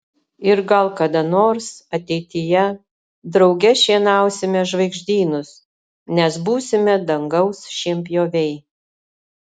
ir gal kada nors ateityje drauge šienausime žvaigždynus nes būsime dangaus šienpjoviai